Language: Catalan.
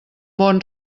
bon